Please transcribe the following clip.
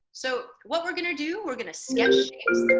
so what we're going to do, we're going to sketch